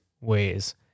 ways